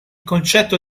concetto